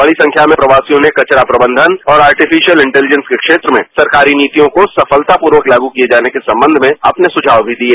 बड़ी संख्या में प्रवासियों ने कचरा प्रबंधन और आर्टिफिशियल इंटेलिजेंस के क्षेत्र में सरकारी नीतियों को सफलतापूर्वक लागू किए जाने के संबंध में अपने सुझाव भी दिए